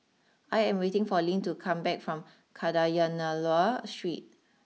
I am waiting for Lynn to come back from Kadayanallur Street